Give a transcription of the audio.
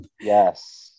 Yes